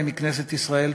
מכנסת ישראל,